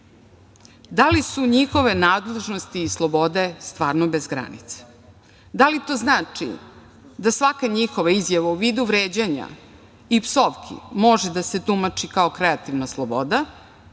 li su njihove nadležnosti i slobode stvarno bez granica? Da li to znači da svaka njihova izjava u vidu vređanja i psovki može da se tumači kao kreativna sloboda,